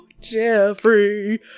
Jeffrey